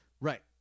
Right